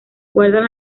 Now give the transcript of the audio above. guardan